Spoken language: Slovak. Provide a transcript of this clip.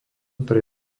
pre